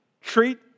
treat